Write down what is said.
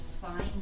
fine